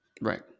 Right